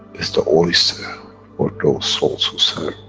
is the oyster for those souls who serve,